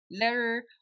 letter